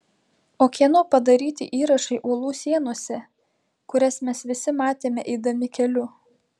o kieno padaryti įrašai uolų sienose kurias mes visi matėme eidami keliu